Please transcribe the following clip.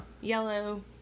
Yellow